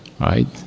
right